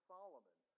Solomon